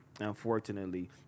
Unfortunately